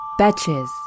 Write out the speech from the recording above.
Betches